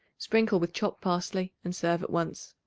sprinkle with chopped parsley and serve at once.